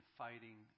fighting